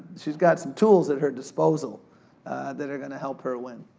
she's got some tools at her disposal that are gonna help her win.